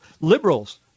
liberals